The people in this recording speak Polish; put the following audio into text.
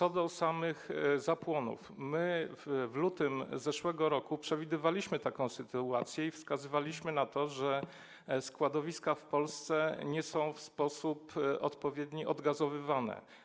Co do samozapłonów to my w lutym zeszłego roku przewidywaliśmy taką sytuację i wskazywaliśmy na to, że składowiska w Polsce nie są w sposób odpowiedni odgazowywane.